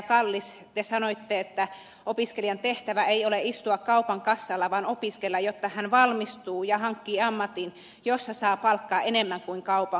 kallis te sanoitte että opiskelijan tehtävä ei ole istua kaupan kassalla vaan opiskella jotta hän valmistuu ja hankkii ammatin jossa saa palkkaa enemmän kuin kaupan kassa